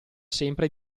sempre